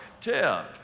tip